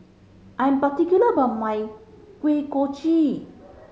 I am particular about my Kuih Kochi